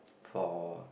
for